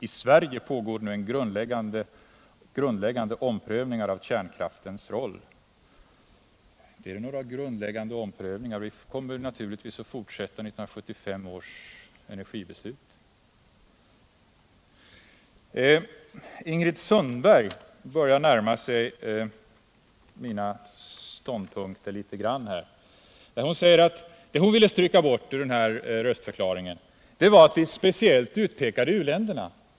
I Sverige pågår nu en grundläggande omprövning av kärnkraftens roll. Vi kommer naturligtvis att hålla fast vid 1975 års energibeslut. Ingrid Sundberg börjar något närma sig mina ståndpunkter. Det hon ville stryka bort ur röstförklaringen var att vi speciellt utpekade u-länderna.